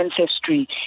ancestry